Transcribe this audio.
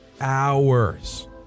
hours